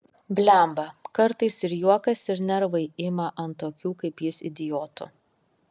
blemba kartais ir juokas ir nervai ima ant tokių kaip jis idiotų